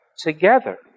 together